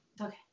okay